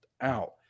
out